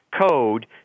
code